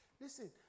Listen